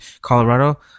Colorado